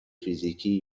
فیزیکی